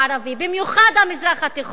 במיוחד המזרח התיכון הערבי.